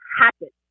happen